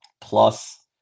plus